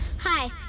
hi